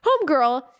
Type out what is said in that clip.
Homegirl